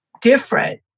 different